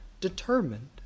determined